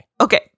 Okay